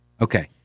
Okay